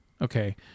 Okay